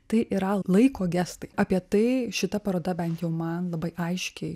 tai yra laiko gestai apie tai šita paroda bent jau man labai aiškiai